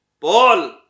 Paul